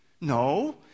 No